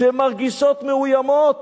שמרגישות מאוימות,